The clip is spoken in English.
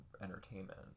entertainment